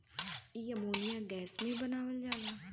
इ ammonia gas से बनावल जाला